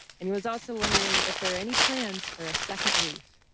and was also wondering if there are any plans for a second reef.